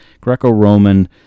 Greco-Roman